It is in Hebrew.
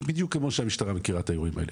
בדיוק כמו שהמשטרה מכירה את האירועים האלה.